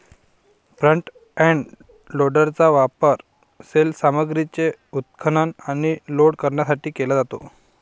front end लोडरचा वापर सैल सामग्रीचे उत्खनन आणि लोड करण्यासाठी केला जातो